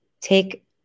take